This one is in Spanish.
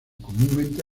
comúnmente